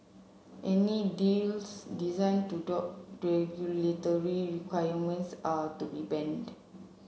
any deals designed to dodge regulatory requirements are to be banned